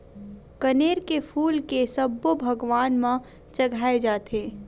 कनेर के फूल के सब्बो भगवान म चघाय जाथे